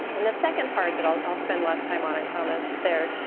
and the second part that i'll i'll spend less time on, i promise there,